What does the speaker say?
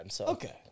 Okay